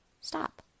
stop